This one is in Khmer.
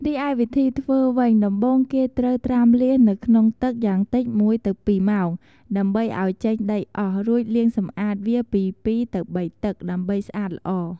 រីឯវិធីធ្វើវិញ ដំបូងគេត្រូវ ត្រាំលាសនៅក្នុងទឹកយ៉ាងតិច ១ទៅ២ម៉ោងដើម្បីឲ្យចេញដីអស់ រួចលាងសម្អាតវាពី ២ ទៅ៣ទឹក ដើម្បីស្អាតល្អ។